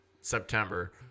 September